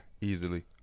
easily